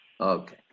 Okay